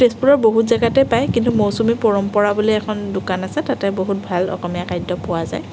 তেজপুৰৰ বহুত জেগাতে পায় কিন্তু মৌচুমী পৰম্পৰা বুলি এখন দোকান আছে তাতে বহুত ভাল অসমীয়া খাদ্য পোৱা যায়